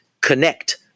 connect